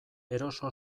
eroso